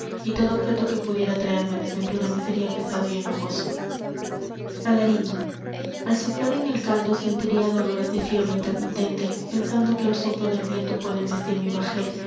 y todo objeto que pudiera traerme desventura me seria pesado y enojoso salarino al soplar en el caldo sentiria dolores de fiebre intermitente pensando que el soplo del viento puede embestir mi bajel